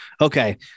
Okay